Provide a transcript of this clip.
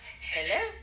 Hello